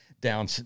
down